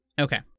Okay